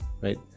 right